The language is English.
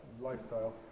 lifestyle